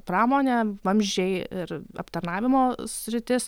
pramonė vamzdžiai ir aptarnavimo sritis